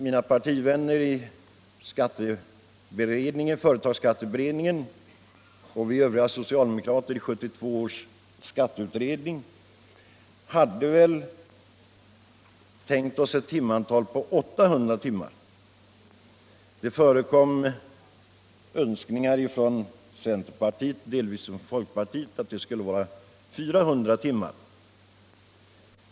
Mina partikamrater i företagsskatteberedningen och vi socialdemokrater i 1972 års skatteutredning hade tänkt oss 800 timmar, medan det förekom önskemål från centerpartiet och delvis från folkpartiet om 400 timmar.